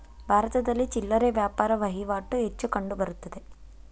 ಭಾರತದಲ್ಲಿ ಚಿಲ್ಲರೆ ವ್ಯಾಪಾರ ವಹಿವಾಟು ಹೆಚ್ಚು ಕಂಡುಬರುತ್ತದೆ